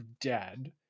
dead